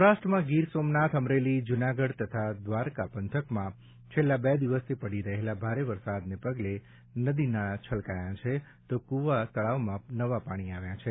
સૌરાષ્ટ્રમાં ગીર સોમનાથ અમરેલી જૂનાગઢ તથા દ્વારકા પંથકમાં છેલ્લાં બે દિવસથી પડી રહેલ ભારે વરસાદને પગલે નદીનાળા છલકાયા છે તો કુવા તળાવમાં નવા પાણી આવ્યા છે